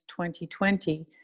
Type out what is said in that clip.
2020